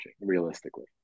realistically